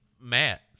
Matt